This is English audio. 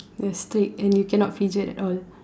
yes strict and you cannot fidget at all